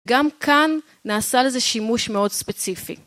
גם כאן נעשה לזה שימוש מאוד ספציפי.